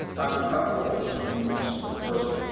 i have a couple of quotes from him, but this is the first.